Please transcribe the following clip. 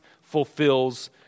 fulfills